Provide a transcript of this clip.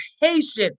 patience